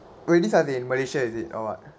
already started in malaysia is it or what